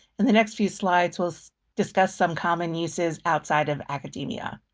in the next few slides, we'll discuss some common uses outside of academia.